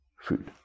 food